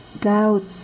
doubts